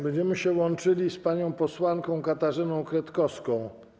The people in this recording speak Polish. Będziemy się łączyli z panią posłanką Katarzyną Kretkowską.